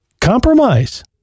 Compromise